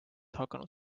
hakanud